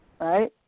Right